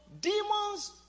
demons